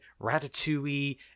Ratatouille